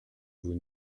vous